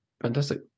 fantastic